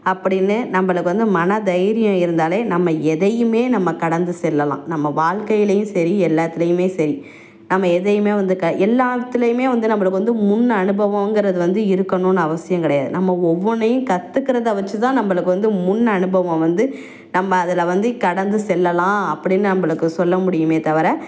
அப்படின்னு நம்மளுக்கு வந்து மன தைரியம் இருந்தாலே நம்ம எதையுமே நம்ம கடந்து செல்லலாம் நம்ம வாழ்க்கையிலையும் சரி எல்லாத்துலையுமே சரி நம்ம எதையுமே வந்து க எல்லாத்துலையுமே வந்து நம்மளுக்கு வந்து முன் அனுபவங்கிறது வந்து இருக்கணும்னு அவசியம் கிடையாது நம்ம ஒவ்வொன்றையும் கத்துக்கிறத வச்சி தான் நம்மளுக்கு வந்து முன் அனுபவம் வந்து நம்ம அதில் வந்து கடந்து செல்லலாம் அப்படினு நம்மளுக்கு சொல்ல முடியுமே தவிர